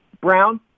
Brown